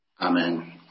Amen